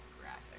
graphic